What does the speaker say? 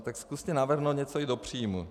Tak zkuste navrhnout něco i do příjmů.